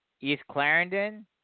East-Clarendon